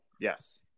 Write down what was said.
Yes